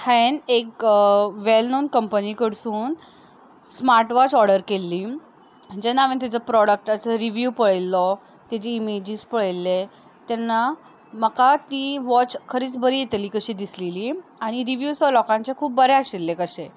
हांवें एक एका वेलनोन कंपनी कडसून स्मार्ट वॉच ऑर्डर केल्ली जेन्ना हांवें तिचो प्रोडक्टाचो रिवीव पळयल्लो तेजी इमेजीस पळयल्ले तेन्ना म्हाका ती वॉच खरीच बरी येतली कशी दिसलेली आनी रिव्यूस लोकांचे खूब बरे आशिल्ले कशे